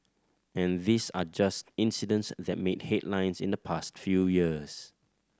and these are just incidents that made headlines in the past few years